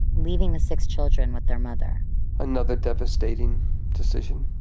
leaving the six children with their mother another devastating decision.